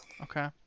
Okay